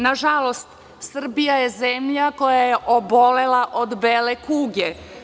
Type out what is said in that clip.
Nažalost, Srbija je zemlja koja je obolela od bele kuge.